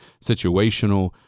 situational